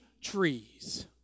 trees